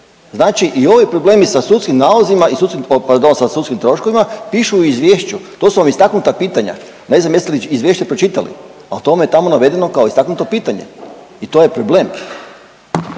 sudskim, pardon sa sudskim troškovima pišu u izvješću. To su vam istaknuta pitanja. Ne znam jeste li izvješće pročitali, a o tome je tamo navedeno kao istaknuto pitanje. I to je problem.